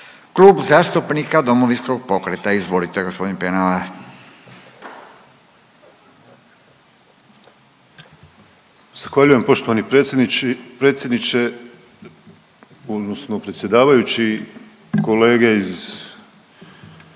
Klub zastupnika Domovinskog pokreta, izvolite g. Penava.